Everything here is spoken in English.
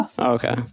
Okay